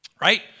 right